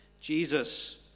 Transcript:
Jesus